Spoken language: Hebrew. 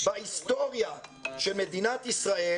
בהיסטוריה של מדינת ישראל